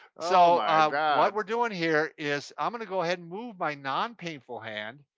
so what we're doing here is, i'm gonna go ahead and move my non-painful hand,